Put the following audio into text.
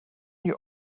you